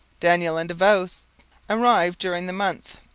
daniel and davost arrived during the month,